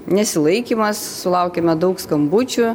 nesilaikymas sulaukėme daug skambučių